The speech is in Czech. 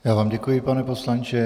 Já vám děkuji, pane poslanče.